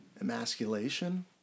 emasculation